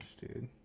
dude